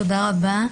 תודה רבה.